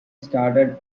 started